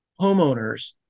homeowners